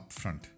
upfront